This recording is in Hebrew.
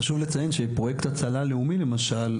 חשוב לציין שפרוייקט הצלה לאומי למשל,